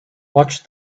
watch